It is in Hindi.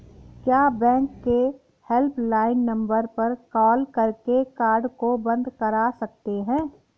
क्या बैंक के हेल्पलाइन नंबर पर कॉल करके कार्ड को बंद करा सकते हैं?